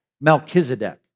Melchizedek